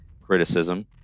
criticism